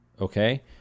Okay